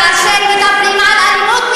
כאשר מדברים על אלימות,